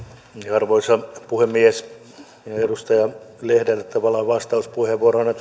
arvoisa puhemies edustaja lehdelle tavallaan vastauspuheenvuorona